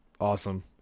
Awesome